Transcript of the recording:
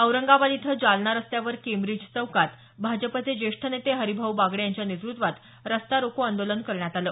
औरंगाबाद इथं जालना रस्त्यावर केंब्रिज चौकात भाजपचे ज्येष्ठ नेते हरिभाऊ बागडे यांच्या नेतृत्वात रस्ता रोको आंदोलन करण्यात आलं